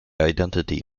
identity